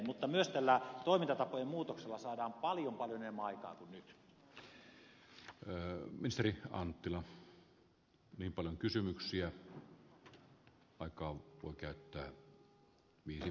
mutta myös tällä toimintatapojen muutoksella saadaan paljon paljon enemmän aikaan kuin nyt